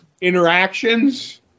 interactions